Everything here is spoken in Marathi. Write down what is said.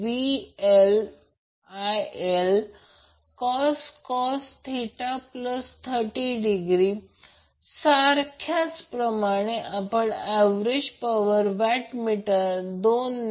तर हा पॉवर फॅक्टर आहे जो काही एकत्रित पॉवर फॅक्टर दिलेला आहे तो वेगळा मुद्दा आहे परंतु पॉवर फॅक्टर वाढवावा लागतो ज्याच्या पॉवर फॅक्टरमध्ये पहिला लोड 0